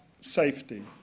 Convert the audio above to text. safety